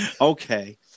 okay